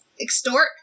extort